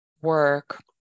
work